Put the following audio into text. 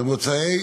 במוצאי